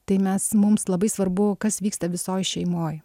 tai mes mums labai svarbu kas vyksta visoj šeimoj